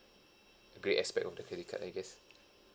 great aspect of the credit card I guess